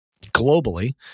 globally